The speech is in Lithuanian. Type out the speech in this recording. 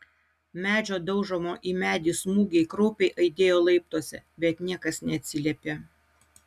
medžio daužomo į medį smūgiai kraupiai aidėjo laiptuose bet niekas neatsiliepė